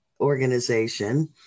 organization